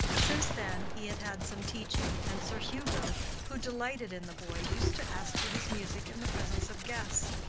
since then he had had some teaching, and sir hugo, who delighted in the boy, used to ask for his music in the presence of guests.